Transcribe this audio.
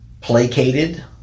placated